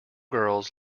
girls